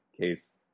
case